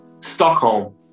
Stockholm